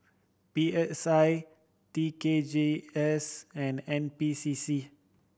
P S I T K G S and N P C C